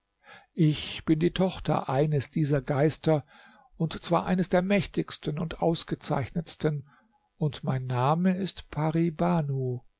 ich bin die tochter eines dieser geister und zwar eines der mächtigsten und ausgezeichnetsten und mein name ist pari